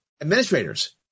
administrators